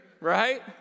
right